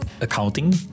accounting